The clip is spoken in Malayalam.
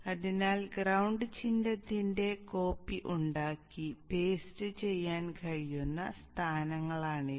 അതിനാൽ ഗ്രൌണ്ട് ചിഹ്നത്തിന്റെ കോപ്പി ഉണ്ടാക്കി പേസ്റ്റ് ചെയ്യാൻ കഴിയുന്ന സ്ഥാനങ്ങളാണിവ